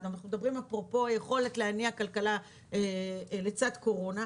אנחנו מדברים אפרופו יכולת להניע כלכלה לצד קורונה,